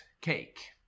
CAKE